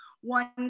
one